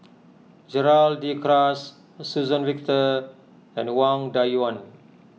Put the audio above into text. Gerald De Cruz Suzann Victor and Wang Dayuan